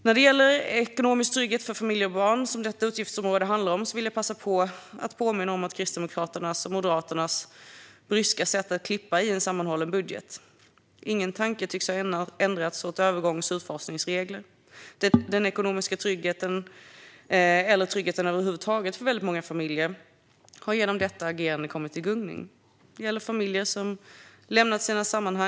När det gäller ekonomisk trygghet för familjer och barn, som utgiftsområdet handlar om, vill jag passa på att påminna om Kristdemokraternas och Moderaternas bryska sätt att klippa i en sammanhållen budget. Ingen tanke tycks ha ägnats åt övergångs och utfasningsregler. Den ekonomiska tryggheten, eller tryggheten över huvud taget för många familjer, har genom detta agerande kommit i gungning. Det gäller familjer som har lämnat sina sammanhang.